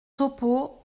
topeau